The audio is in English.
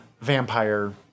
vampire